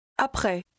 Après